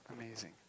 amazing